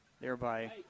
Thereby